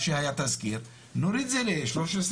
אז כשהיה תסקיר, נוריד את זה ל-13,750.